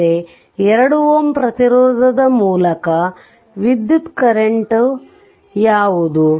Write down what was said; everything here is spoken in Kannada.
ಅಂದರೆ 2 Ω ಪ್ರತಿರೋಧದ ಮೂಲಕ ವಿದ್ಯುತ್ ಕರೆಂಟ್ ಹ ಯಾವುದು